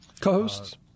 Co-hosts